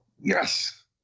yes